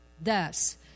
Thus